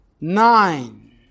nine